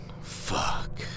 Fuck